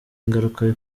ingaruka